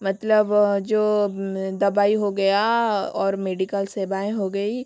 मतलब जो दवाई हो गया और मेडिकल सेवाऍं हो गई